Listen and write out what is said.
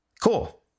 Cool